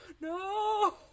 no